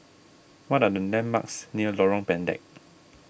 what are the landmarks near Lorong Pendek